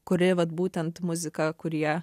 kuri vat būtent muzika kurie